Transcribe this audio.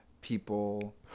people